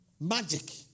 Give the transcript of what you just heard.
magic